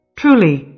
truly